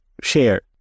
share